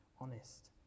honest